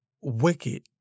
wicked